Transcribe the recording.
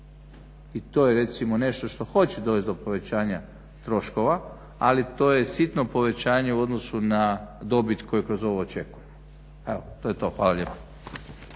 i to je recimo nešto što hoće dovest do povećanja troškova, ali to je sitno povećanje u odnosu na dobit koju kroz ovo očekujemo. Evo to je to. Hvala lijepo.